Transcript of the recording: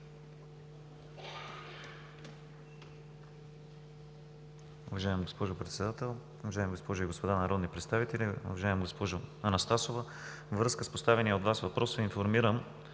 връзка с поставения от Вас въпрос Ви информирам,